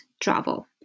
travel